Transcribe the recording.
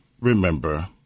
remember